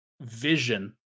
vision